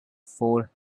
four